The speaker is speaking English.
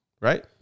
right